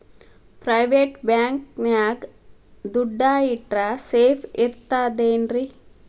Private bank ನ್ಯಾಗ್ ದುಡ್ಡ ಇಟ್ರ ಸೇಫ್ ಇರ್ತದೇನ್ರಿ?